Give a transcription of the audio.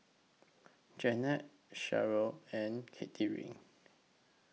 Jannette Cherryl and Katherin